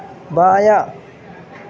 بایاں